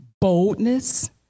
boldness